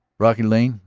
brocky lane?